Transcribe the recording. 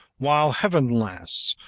while heaven lasts,